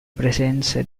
presenza